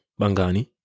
Bangani